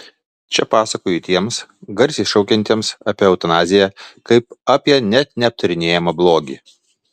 čia pasakoju tiems garsiai šaukiantiems apie eutanaziją kaip apie net neaptarinėjamą blogį